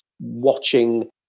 watching